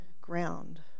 ground